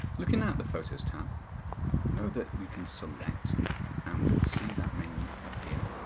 looking at the photos tab, you know that we can select and we will see that menu appear.